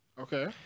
Okay